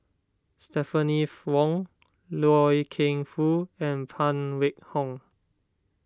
Stephanie Wong Loy Keng Foo and Phan Wait Hong